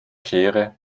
schere